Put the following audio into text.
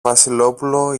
βασιλόπουλο